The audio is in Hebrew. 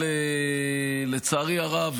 אבל לצערי הרב,